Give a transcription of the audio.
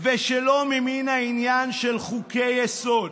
ושלא ממין העניין של חוקי-יסוד.